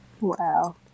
wow